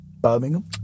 Birmingham